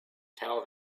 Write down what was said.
tell